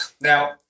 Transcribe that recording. now